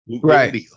right